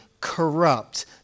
corrupt